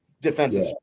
defensive